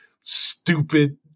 stupid